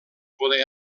poder